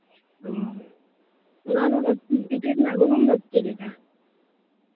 ᱚᱸᱻ ᱚᱱᱟ ᱨᱮᱫᱚ ᱴᱤᱠᱤᱴ ᱨᱮᱱᱟᱜ ᱜᱚᱱᱚᱝ ᱫᱚ ᱪᱮᱫ ᱞᱮᱠᱟ